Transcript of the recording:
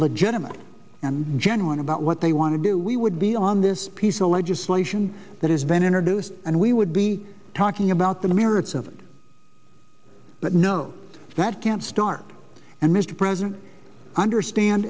legitimate and genuine about what they want to do we would be on this piece of legislation that has been introduced and we would be talking about the merits of it but no that can't start and mr president i understand